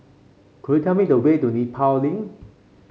could you tell me the way to Nepal Link